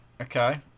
Okay